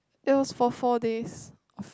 it was for four days